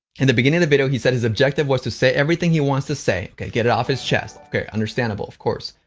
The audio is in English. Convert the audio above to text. and the beginning of the video, he said his objective was to say everything he wants to say, okay? get it off his chest, okay? understandable, of course,